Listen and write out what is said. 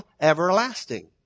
everlasting